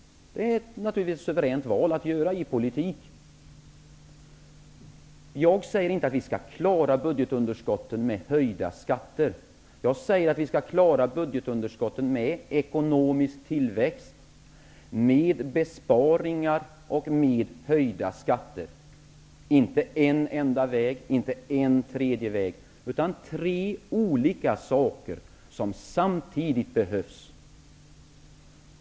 Det är ett val som man har att göra i politiken. Jag säger inte att vi skall klara budgetunderskotten med höjda skatter. Jag säger att vi skall klara dem med ekonomisk tillväxt, med besparingar och med höjda skatter. Det är inte en enda väg och inte en tredje väg, utan tre olika saker som samtidigt behövs.